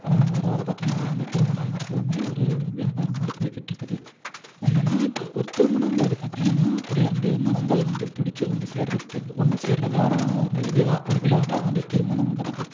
வர வர பார்த்திங்கன்னா அந்த திருமணம்ங்கிறதெல்லாமே ஒரு வியாபாரம் மாதிரி போய்கிட்டு இருக்குது என்னென்னால் இப்போ ஒரு திருமணம்ங்கிறது பார்த்திங்கன்னா ரெண்டு மனங்கள் வந்து பிடிச்சி ஒன்று சேர்றதுக்கு ஒன்று சேர்றதுதான ஒரு இதுதான் ஒரு விழா தான் வந்து திருமணம்ங்கிறது